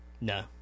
No